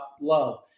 love